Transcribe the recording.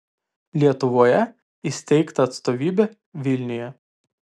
lietuvoje įsteigta atstovybė vilniuje